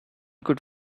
could